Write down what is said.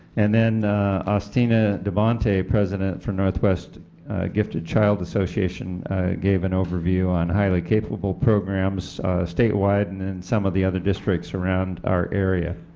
and then austina devonte president from northwest gifted child association gave an overview on highly capable programs statewide and in some of the other districts around our area.